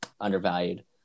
undervalued